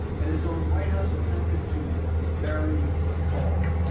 and his own white house attempted to bury the call.